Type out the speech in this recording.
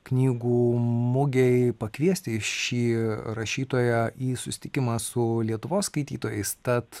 knygų mugei pakviesti šį rašytoją į susitikimą su lietuvos skaitytojais tad